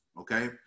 Okay